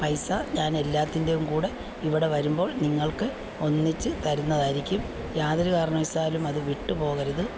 പൈസ ഞാൻ എല്ലാത്തിൻറെയും കൂടെ ഇവിടെ വരുമ്പോൾ നിങ്ങൾക്ക് ഒന്നിച്ച് തരുന്നതായിരിക്കും യാതൊരു കാരണവശാലും അത് വിട്ട് പോകരുത്